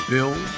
Bill